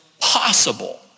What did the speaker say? possible